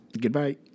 Goodbye